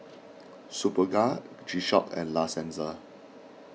Superga G Shock and La Senza